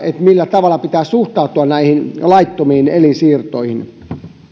millä tavalla pitää suhtautua näihin laittomiin elinsiirtoihin